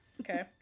Okay